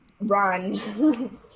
run